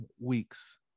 weeks